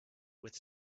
with